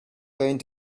going